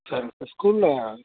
சரிங்க சார் ஸ்கூலில்